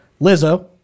Lizzo